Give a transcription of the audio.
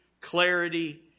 clarity